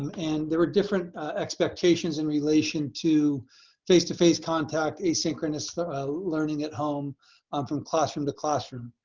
um and there were different expectations in relation to face to face contact, asynchronous learning at home um from classroom to classroom.